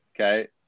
Okay